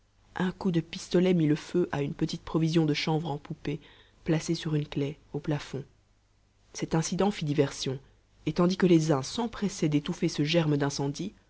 un coup de pistolet mit le feu à une petite provision de chanvre en poupées placée sur une claie au plafond cet incident fit diversion et tandis que les uns s'empressaient d'étouffer ce germe d'incendie